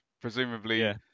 presumably